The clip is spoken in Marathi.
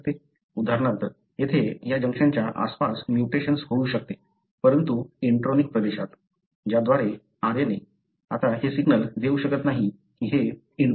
उदाहरणार्थ येथे या जंक्शनच्या आसपास म्युटेशन्स होऊ शकते परंतु इंट्रोनिक प्रदेशात ज्याद्वारे RNA आता हे सिग्नल देऊ शकत नाही की हे इंट्रॉन काढले जावे